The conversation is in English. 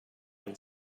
and